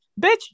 Bitch